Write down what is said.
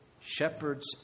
Shepherds